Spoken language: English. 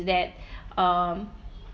that um